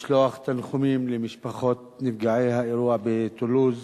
לשלוח תנחומים למשפחות נפגעי האירוע בטולוז